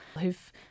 who've